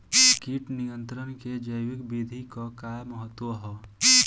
कीट नियंत्रण क जैविक विधि क का महत्व ह?